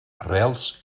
arrels